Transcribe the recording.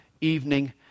evening